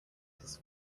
his